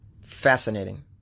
Fascinating